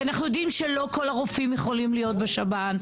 כי אנחנו יודעים שלא כל הרופאים יכולים להיות בשב"ן.